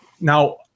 Now